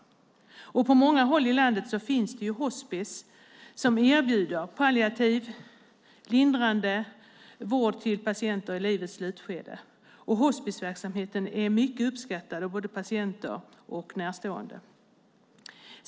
På många håll i landet finns hospis som erbjuder palliativ - lindrande - vård till patienter i livets slutskede, och hospisverksamheten är mycket uppskattad av både patienter och närstående.